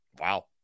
Wow